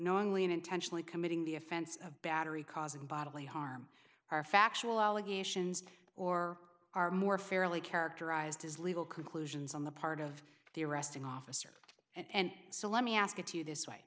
knowingly and intentionally committing the offense of battery causing bodily harm are factual allegations or are more fairly characterized as legal conclusions on the part of the arresting officer and so let me ask you this way